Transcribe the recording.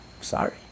Sorry